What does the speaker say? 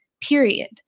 period